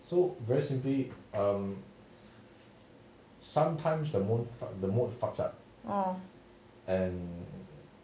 orh